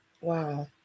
Wow